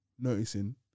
noticing